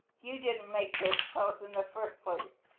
you didn't make this house in the first place,